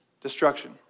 Destruction